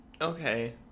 Okay